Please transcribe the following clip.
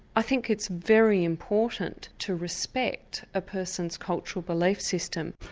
i think it's very important to respect a person's cultural belief system.